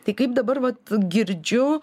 tai kaip dabar vat girdžiu